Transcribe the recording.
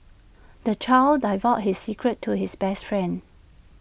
the child divulged all his secrets to his best friend